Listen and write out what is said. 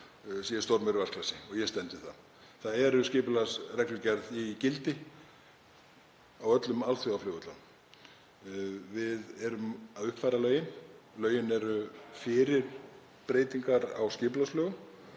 sé stormur í vatnsglasi og ég stend við það. Það er skipulagsreglugerð í gildi á öllum alþjóðaflugvöllunum. Við erum að uppfæra lögin. Lögin eru fyrir breytingar á skipulagslögum